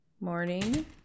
Morning